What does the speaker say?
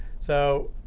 so